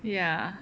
ya